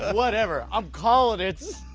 ah whatever, i'm calling it.